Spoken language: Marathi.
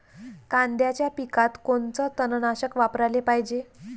कांद्याच्या पिकात कोनचं तननाशक वापराले पायजे?